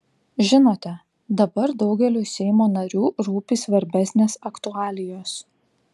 žinote dabar daugeliui seimo narių rūpi svarbesnės aktualijos